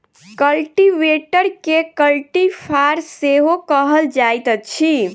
कल्टीवेटरकेँ कल्टी फार सेहो कहल जाइत अछि